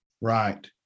Right